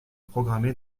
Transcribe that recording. programmé